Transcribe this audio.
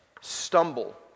stumble